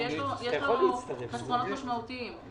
שיש לו חסרונות משמעותיים.